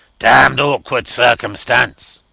damned awkward circumstance.